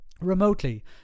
remotely